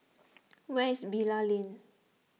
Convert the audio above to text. where is Bilal Lane